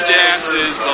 dances